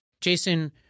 Jason